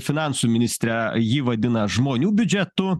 finansų ministrė jį vadina žmonių biudžetu